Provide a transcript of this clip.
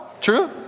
True